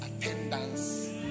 Attendance